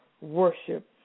worship